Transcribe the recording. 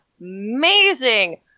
amazing